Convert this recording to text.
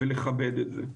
ולכבד את זה.